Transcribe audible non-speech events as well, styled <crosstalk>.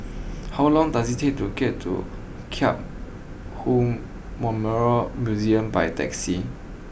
how long does it take to get to <unintelligible> Memorial Museum by taxi